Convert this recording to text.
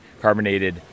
carbonated